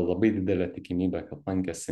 labai didelė tikimybė kad lankėsi